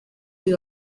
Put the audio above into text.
uyu